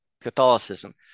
Catholicism